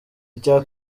icya